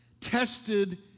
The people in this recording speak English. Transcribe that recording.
tested